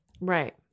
Right